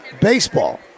Baseball